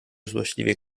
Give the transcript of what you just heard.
złośliwie